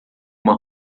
uma